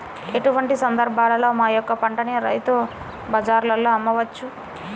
ఎటువంటి సందర్బాలలో మా యొక్క పంటని రైతు బజార్లలో అమ్మవచ్చు?